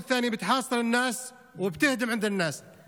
השנייה מבצעת כיתור לאנשים והורסת אצל האנשים.